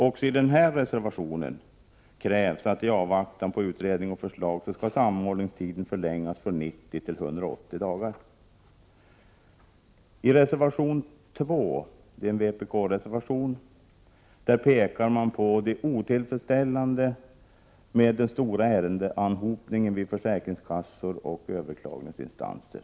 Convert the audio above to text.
Också i denna reservation krävs att samordningstiden, i avvaktan på utredning och förslag, skall förlängas från 90 till 180 dagar. I reservation 2-— en vpk-reservation — pekas på det otillfredsställande i den stora ärendeanhopningen vid försäkringskassor och överklagningsinstanser.